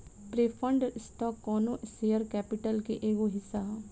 preferred stock कौनो share capital के एगो हिस्सा ह